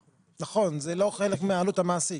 נכון, זה לא חלק מעלות המעסיק.